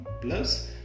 plus